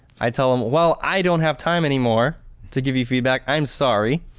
i tell them well, i don't have time anymore to give you feedback, i'm sorry.